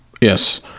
yes